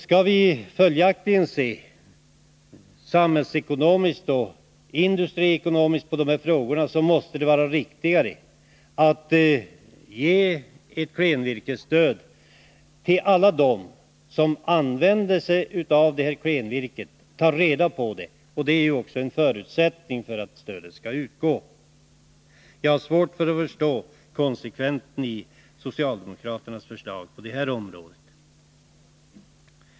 Skall vi se samhällsekonomiskt och industriekonomiskt på dessa frågor, måste det följaktligen vara riktigare att ge ett klenvirkesstöd till alla dem som tar reda på och använder sig av klenvirket. Det är ju också en förutsättning för att stödet skall utgå. Jag har svårt att förstå konsekvensen i socialdemokraternas förslag på detta område.